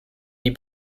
die